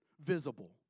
visible